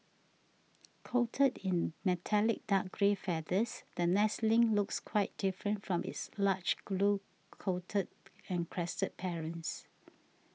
coated in metallic dark grey feathers the nestling looks quite different from its large blue coated and crested parents